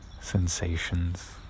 Sensations